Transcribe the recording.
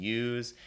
use